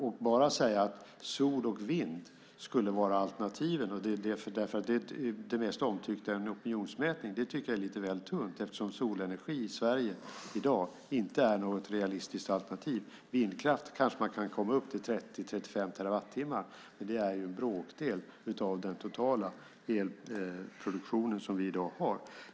Att bara säga att sol och vind skulle vara alternativen därför att det är det mest omtyckta i en opinionsmätning tycker jag är lite väl tunt eftersom solenergi i Sverige i dag inte är något realistiskt alternativ. Med vindkraft kanske man kan komma upp till 30-35 terawattimmar, men det är en bråkdel av den totala elproduktion som vi har i dag.